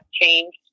changed